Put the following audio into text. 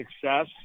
success